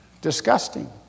disgusting